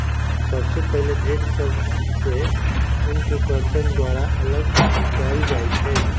सबसे पहिले भेड़ सभ से ऊन के कर्तन द्वारा अल्लग कएल जाइ छइ